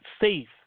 safe